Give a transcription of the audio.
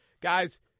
Guys